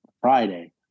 Friday